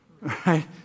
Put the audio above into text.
Right